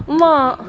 mak